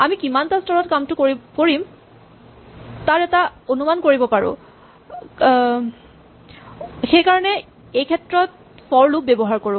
আমি কিমানটা স্তৰত কামটো কৰিব লাগিব তাৰ এটা অনুমান কৰিব পাৰো কাৰণে সেইক্ষেত্ৰত আমি ফৰ লুপ ব্যৱহাৰ কৰো